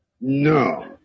No